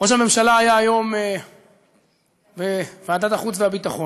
ראש הממשלה היה היום בוועדת החוץ והביטחון,